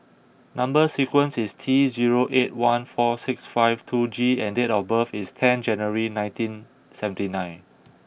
number sequence is T zero eight one four six five two G and date of birth is ten January nineteen seventy nine